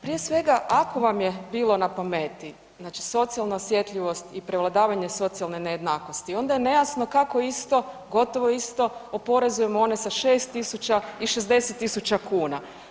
Prije svega, ako vam je bilo na pameti, znači socijalna osjetljivost i prevladavanje socijalne nejednakosti, onda je nejasno kako je isto, gotovo isto oporezujemo one sa 6 tisuća i 60 tisuća kuna.